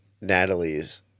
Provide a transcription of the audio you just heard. Natalie's